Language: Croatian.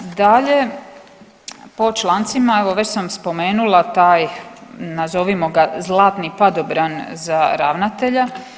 Dalje, po člancima, evo već sam spomenula taj nazovimo ga zlatni padobran za ravnatelja.